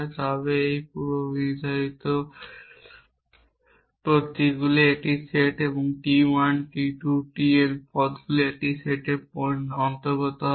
তবে এটি পূর্বনির্ধারিত প্রতীকগুলির একটি সেট এবং t 1 t 2 t n পদগুলির একটি সেটের অন্তর্গত হবে